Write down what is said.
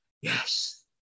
yes